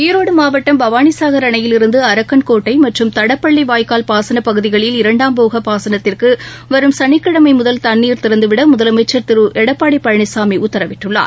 ஈரோடு மாவட்டம் பவானிசாகர் அணையிலிருந்து அரக்கள்கோட்டை மற்றும் தடப்பள்ளி வாய்க்கூல் பாசன பகுதிகளில் இரண்டாம் போக பாசனத்திற்கு வரும் சளிக்கிழமை முதல் தண்ணீர் திறந்துவிட முதலமைச்சர் திரு எடப்பாடி பழனிசாமி உத்தரவிட்டுள்ளார்